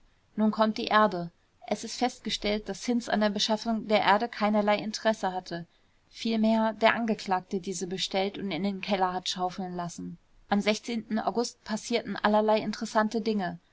nun kommt die erde es ist festgestellt daß hinz an der beschaffung der erde keinerlei interesse hatte vielmehr der angeklagte diese bestellt und in den keller hat schaufeln lassen am august passierten allerlei interessante dinge